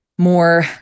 more